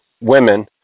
women